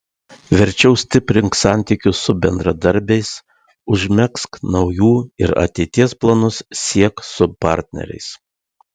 verčiau stiprink santykius su bendradarbiais užmegzk naujų ir ateities planus siek su partneriais